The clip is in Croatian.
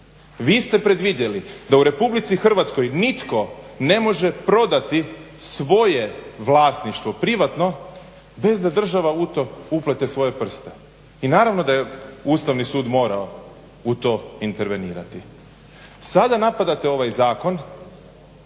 Vi ste predvidjeli da u Republici Hrvatskoj nitko ne može prodati svoje vlasništvo privatno bez da država u to uplete svoje prste i naravno da je Ustavni sud morao u to intervenirati. Sada napadate ovaj zakon,